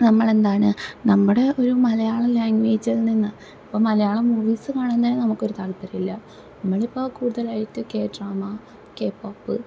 നമ്മളെന്താണ് നമ്മുടെ ഒരു മലയാളം ലാങ്വേജിൽ നിന്ന് ഇപ്പം മലയാളം മൂവീസ് കാണുന്നതിന് നമുക്കൊരു താല്പര്യവില്ല നമ്മളിപ്പം കൂട്തലായിട്ട് കെ ഡ്രാമ കെ പോപ്പ്